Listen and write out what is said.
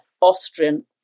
Austrian